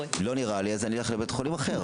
ואם לא נראה לי, אז אני אלך לבית חולים אחר.